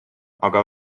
aga